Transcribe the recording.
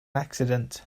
accident